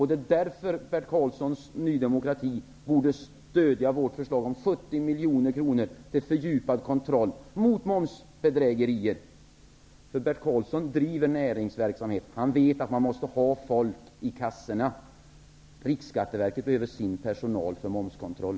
Det är därför som Bert Karlssons Ny demokrati borde stödja vårt förslag om 70 miljoner kronor till fördjupad kontroll mot momsbedrägerier. Bert Karlsson driver nämligen näringsverksmhet. Han vet att man måste ha folk i kassorna. Riksskatteverket behöver sin personal för momskontroll.